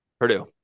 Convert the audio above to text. Purdue